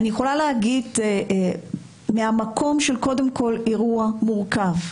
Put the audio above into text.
אני יכולה להגיד קודם כול שזה אירוע מורכב,